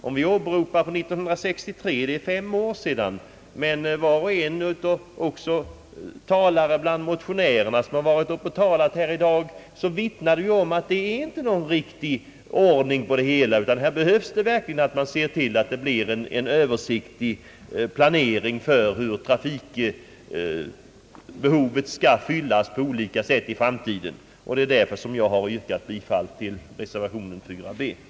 Vi har åberopat 1963 — det är fem år sedan. Men var och en, även talare bland motionärerna som varit uppe och talat här i dag, vittnar om att det inte råder någon riktig ordning. Här behövs att man verkligen ser till att en översiktlig planering för hur trafikbehovet skall fyllas på olika sätt i framtiden kommer till stånd. Det är därför som jag har yrkat bifall till reservation b under punkten 4.